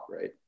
right